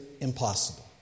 impossible